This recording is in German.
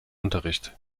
unterricht